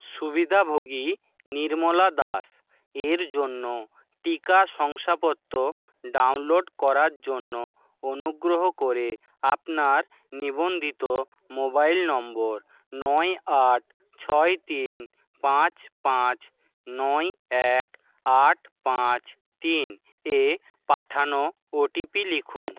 সুবিধাভোগী নির্মলা দাস এর জন্য টিকা শংসাপত্র ডাউনলোড করার জন্য অনুগ্রহ করে আপনার নিবন্ধিত মোবাইল নম্বর নয় আট ছয় তিন পাঁচ পাঁচ নয় এক আট পাঁচ তিন এ পাঠানো ওটিপি লিখুন